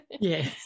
yes